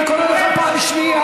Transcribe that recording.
אני קורא אותך פעם שנייה.